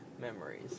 memories